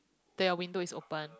there're window is open